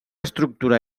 estructura